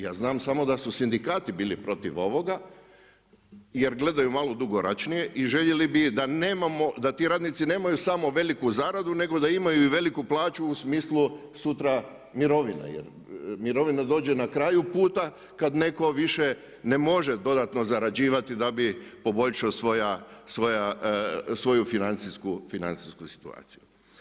Ja znam samo da su sindikati bili protiv ovoga, jer gledaju malo dugoročnije i željeli da ti radnici nemaju samo veliku zaradu nego da imaju i veliku plaću u smislu sutra mirovine jer mirovina dođe na kraju puta kad netko više ne može dodatno zarađivati da bi poboljšao svoju financijsku situaciju.